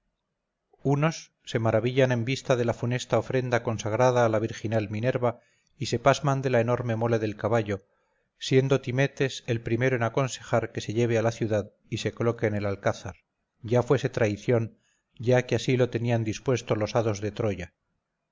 unos se maravillan en vista de la funesta ofrenda consagrada a la virginal minerva y se pasman de la enorme mole del caballo siendo timetes el primero en aconsejar que se lleve a la ciudad y se coloque en el alcázar ya fuese traición ya que así lo tenían dispuesto los hados de troya